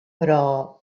però